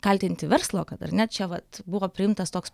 kaltinti verslo kad ar ne čia vat buvo priimtas toks